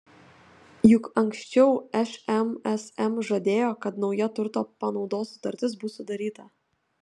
juk anksčiau šmsm žadėjo kad nauja turto panaudos sutartis bus sudaryta